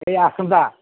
ଏଇ ଆସନ୍ତା